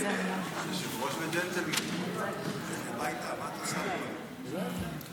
כנסת נכבדה, אני רוצה להקדיש